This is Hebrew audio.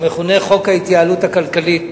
ההתייעלות הכלכלית".